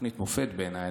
תוכנית מופת בעיניי,